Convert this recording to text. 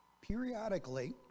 periodically